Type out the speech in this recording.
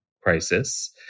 crisis